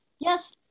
yes